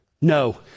No